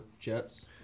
jets